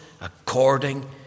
according